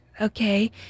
okay